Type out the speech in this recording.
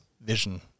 vision